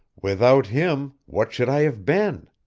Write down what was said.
without him, what should i have been?